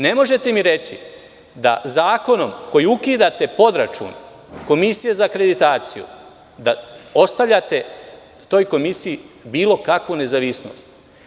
Ne možete mi reći da zakonom koji ukidate podrčun Komisiji za akreditaciju da ostavljate toj komisiji bilo kakvu nezavisnost.